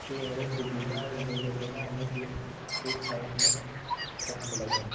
সেই এনেদৰে সুবিধাৰ জৰিয়তেহে আমি গৈ সেই ঠাইখনত থাকিব লাগে